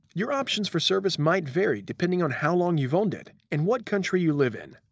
your options for service might vary depending on how long you've owned it and what country you live in.